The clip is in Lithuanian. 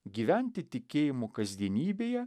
gyventi tikėjimu kasdienybėje